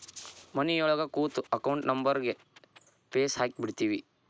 ಮನಿಯೊಳಗ ಕೂತು ಅಕೌಂಟ್ ನಂಬರ್ಗ್ ಫೇಸ್ ಹಾಕಿಬಿಡ್ತಿವಿ